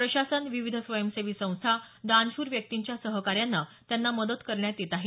प्रशासन विविध स्वयंसेवी संस्था दानश्र व्यक्तींच्या सहकार्यानं त्यांना मदत करण्यात येत आहे